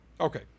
Okay